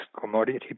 commodity